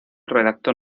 redactó